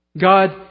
God